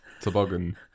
Toboggan